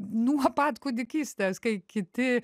nuo pat kūdikystės kai kiti